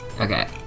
Okay